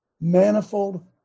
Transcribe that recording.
Manifold